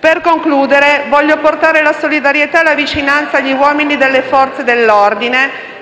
Per concludere, voglio portare la solidarietà e la vicinanza agli uomini delle Forze dell'ordine